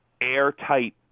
airtight